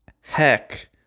heck